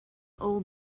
all